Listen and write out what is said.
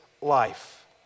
life